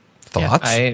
Thoughts